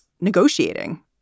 negotiating